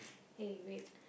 !hey! wait